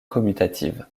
commutative